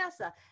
NASA